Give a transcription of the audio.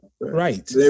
Right